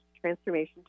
Transformation